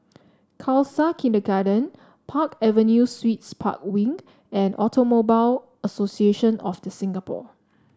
Khalsa Kindergarten Park Avenue Suites Park Wing and Automobile Association of The Singapore